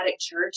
church